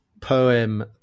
poem